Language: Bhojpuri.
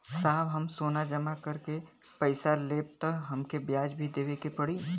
साहब हम सोना जमा करके पैसा लेब त हमके ब्याज भी देवे के पड़ी?